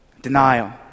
denial